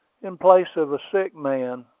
in place of a sick man,